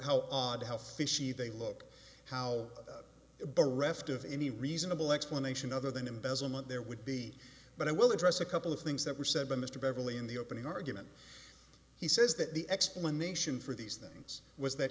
how odd how fishy they look how bereft of any reasonable explanation other than embezzlement there would be but i will address a couple of things that were said by mr beverly in the opening argument he says that the explanation for these things was that